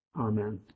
Amen